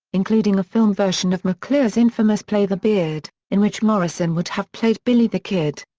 including a film version of mcclure's infamous play the beard, in which morrison would have played billy the kid.